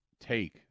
take